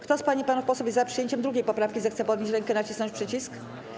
Kto z pań i panów posłów jest za przyjęciem 2. poprawki, zechce podnieść rękę i nacisnąć przycisk.